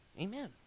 Amen